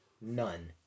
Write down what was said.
None